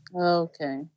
Okay